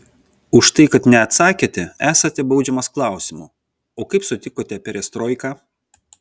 už tai kad neatsakėte esate baudžiamas klausimu o kaip sutikote perestroiką